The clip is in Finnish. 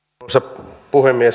arvoisa puhemies